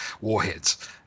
warheads